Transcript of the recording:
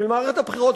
של מערכת הבחירות,